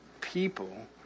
people